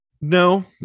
No